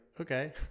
Okay